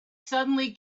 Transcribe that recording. suddenly